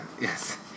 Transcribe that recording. yes